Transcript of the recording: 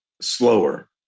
slower